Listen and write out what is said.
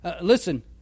Listen